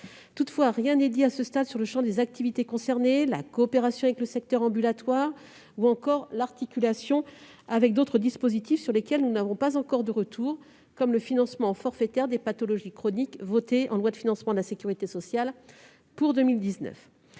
Toutefois, rien n'est dit à ce stade sur le champ des activités concernées, la coopération avec le secteur ambulatoire ou encore l'articulation avec d'autres dispositifs sur lesquels nous n'avons pas encore de retour, comme le financement forfaitaire des pathologies chroniques voté en loi de financement de la sécurité sociale pour 2019.